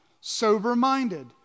sober-minded